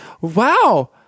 wow